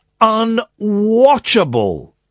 unwatchable